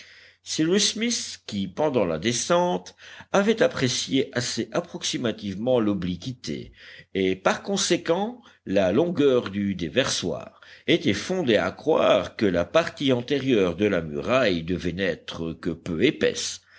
cyrus smith qui pendant la descente avait apprécié assez approximativement l'obliquité et par conséquent la longueur du déversoir était fondé à croire que la partie antérieure de la muraille devait n'être que peu épaisse